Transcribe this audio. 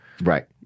right